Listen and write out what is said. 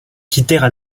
quittèrent